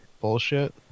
bullshit